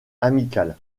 amical